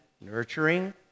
nurturing